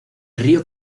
río